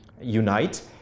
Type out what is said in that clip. unite